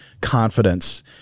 confidence